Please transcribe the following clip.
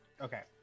okay